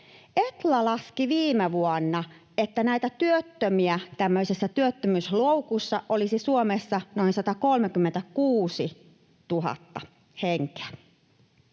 Etla laski viime vuonna, että työttömiä tämmöisissä työttömyysloukuissa olisi Suomessa noin 136 000 henkeä.